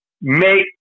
make